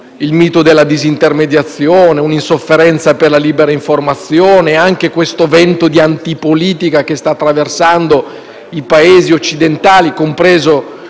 il mito della disintermediazione, un'insofferenza per la libera informazione e anche il vento di antipolitica che sta attraversando i Paesi occidentali, compreso